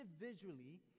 individually